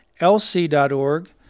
lc.org